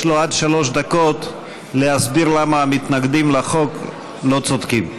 יש לו עד שלוש דקות להסביר למה המתנגדים לחוק לא צודקים.